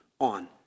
on